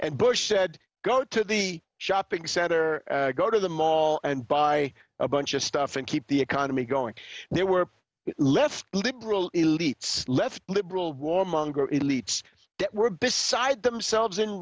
and bush said go to the shopping center go to the mall and buy a bunch of stuff and keep the economy going there were left liberal elites left liberal warmonger elites that were beside